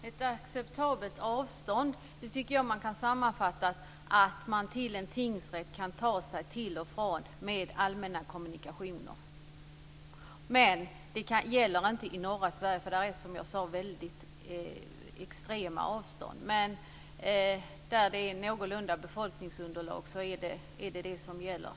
Herr talman! Jag tycker att svaret på frågan om ett acceptabelt avstånd kan sammanfattas så, att man kan ta sig till och från en tingsrätt med allmänna kommunikationer. Det gäller dock inte i norra Sverige, eftersom avstånden där är extrema. Där befolkningsunderlaget är någorlunda stort tycker jag ändå att den sammanfattningen gäller.